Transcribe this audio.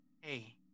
Hey